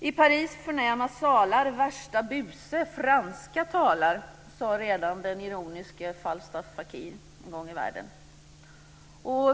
I Paris förnäma salar värsta buse franska talar, sade den ironiske Falstaff Fakir en gång i världen.